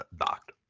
docked